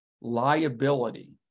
liability